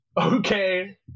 Okay